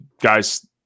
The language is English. guys